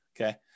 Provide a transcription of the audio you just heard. okay